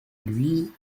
lui